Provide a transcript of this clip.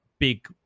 Big